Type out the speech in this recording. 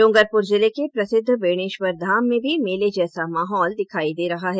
डूंगरपुर जिले के प्रसिद्व बेणेश्वरधाम में भी मेले जैसा माहौल दिखाई दे रहा है